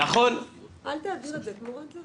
אל תעביר את זה תמורת זה.